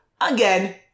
again